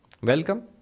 Welcome